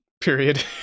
period